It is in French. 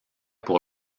pour